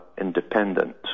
Independent